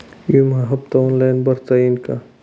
विमा हफ्ता ऑनलाईन भरता येईल का?